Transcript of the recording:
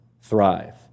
thrive